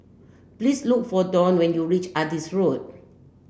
please look for Donn when you reach Adis Road